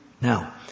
Now